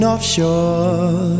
Offshore